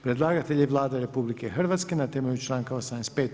Predlagatelj je Vlada Republike Hrvatske na temelju članka 85.